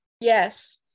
Yes